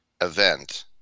event